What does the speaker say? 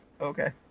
Okay